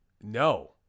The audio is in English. No